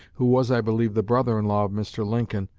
who was, i believe, the brother-in-law of mr. lincoln,